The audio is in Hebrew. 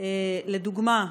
לדוגמה,